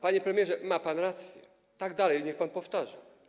Panie premierze, ma pan rację, tak dalej niech pan powtarza.